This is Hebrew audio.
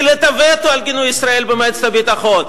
את הווטו על גינוי ישראל במועצת הביטחון,